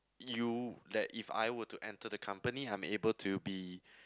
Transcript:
you that if I were to enter the company I'm able to be